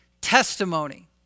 testimony